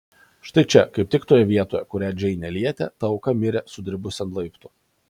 štai čia kaip tik toje vietoje kurią džeinė lietė ta auka mirė sudribusi ant laiptų